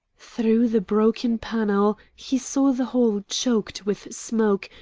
through the broken panel he saw the hall choked with smoke,